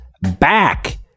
back